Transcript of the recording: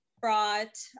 brought